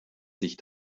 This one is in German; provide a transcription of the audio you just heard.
sich